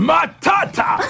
Matata